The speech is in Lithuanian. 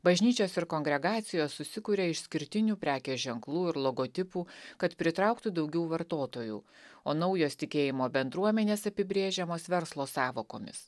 bažnyčios ir kongregacijos susikuria išskirtinių prekės ženklų ir logotipų kad pritrauktų daugiau vartotojų o naujos tikėjimo bendruomenės apibrėžiamos verslo sąvokomis